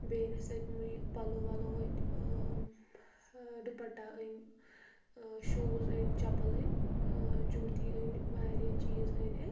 بیٚیہِ أنۍ اسہِ اَتہِ یِمٔے پَلوٚو وَلوٚو أنۍ ٲں ٲں ڈُپٹہ أنۍ ٲں شوٗز أنۍ چپل أنۍ ٲں جوتی أنۍ واریاہ چیٖز أنۍ اسہِ